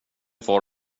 far